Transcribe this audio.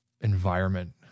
environment